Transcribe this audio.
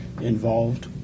involved